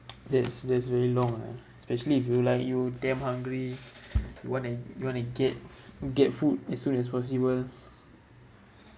that's that's very long lah especially if you like you damn hungry you want to you want to get get food as soon as possible